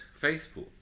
faithful